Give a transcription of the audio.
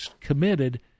committed